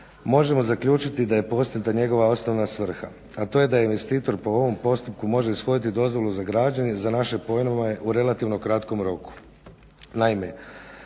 možemo zaključiti da je …/Govornik se ne razumije./… njegova osnovna svrha. A to je da je investitor po ovom postupku može ishoditi dozvolu za građenje za naše pojmove u relativno kratkom roku.